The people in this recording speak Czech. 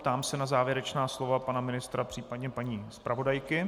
Ptám se na závěrečná slova pana ministra, případně paní zpravodajky.